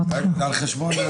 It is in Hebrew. לא יוצאים מתוך דף יומי לכעס, חבל.